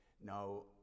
Now